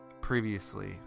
previously